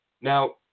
Now